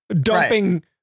dumping